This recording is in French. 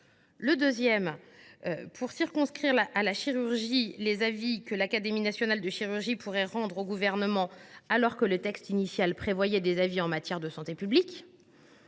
a pour objet de circonscrire à la chirurgie les avis que l’Académie nationale de chirurgie pourrait rendre au Gouvernement, alors que le texte initial prévoyait des avis en matière de santé publique.